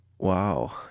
Wow